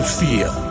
feel